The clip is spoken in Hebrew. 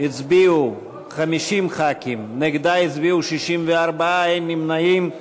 הצביעו 50 חברי כנסת, נגדה הצביעו 64, אין נמנעים.